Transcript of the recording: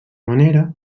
manera